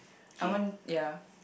I want ya